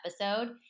episode